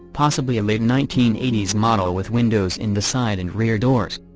possibly a late nineteen eighty s model with windows in the side and rear doors.